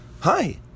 Hi